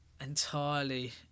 entirely